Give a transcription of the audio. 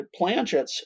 planchets